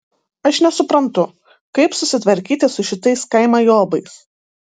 aš nesuprantu kaip susitvarkyti su šitais kaimajobais